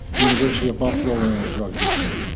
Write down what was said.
university of buffalo women's rugby team.